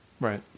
Right